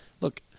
look